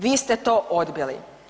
Vi ste to odbili.